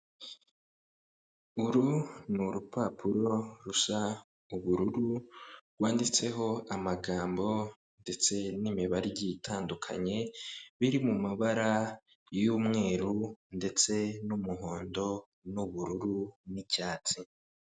Uru ni urupapuro rusa ubururu rwanditseho amagambo ndetse n'imibare itandukanye biri mu mabara y'umweru ndetse n'umuhondo n'ubururu n'icyatsi.